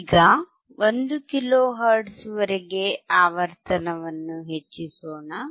ಈಗ 1 kilo hertz ವರೆಗೆ ಆವರ್ತನವನ್ನು ಹೆಚ್ಚಿಸೋಣ